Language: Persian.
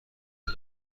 داد